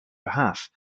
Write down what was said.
behalf